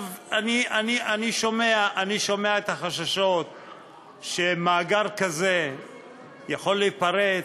אני שומע את החששות שמאגר כזה יכול להיפרץ,